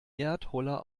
erdholler